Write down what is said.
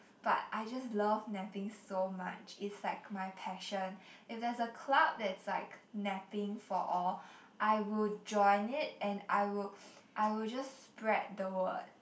but I just love napping so much it's like my passion if there's a club that's like napping for all I will join it and I will I will just spread the word